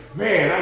man